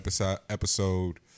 episode